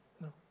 no